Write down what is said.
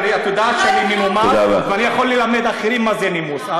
את יודעת שאני מנומס ואני יכול ללמד אחרים מה זה נימוס.